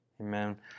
Amen